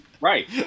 right